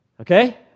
Okay